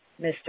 Mr